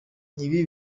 ibi